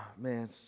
man